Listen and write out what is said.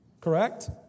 correct